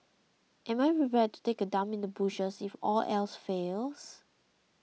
am I prepared to take a dump in the bushes if all else fails